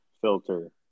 Filter